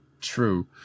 true